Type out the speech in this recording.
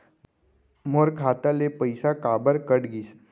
मोर खाता ले पइसा काबर कट गिस?